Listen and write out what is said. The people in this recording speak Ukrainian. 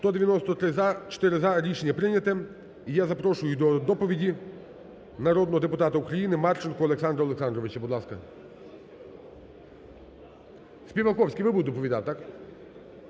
193 – "за"… 4 – "за", рішення прийняте. І я запрошую до доповіді народного депутата України Марченко Олександра Олександровича. Будь ласка. Співаковський, ви будете доповідати, так?